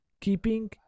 keeping